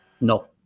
No